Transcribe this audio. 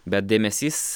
bet dėmesys